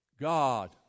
God